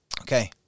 okay